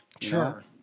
Sure